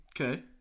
Okay